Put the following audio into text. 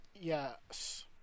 Yes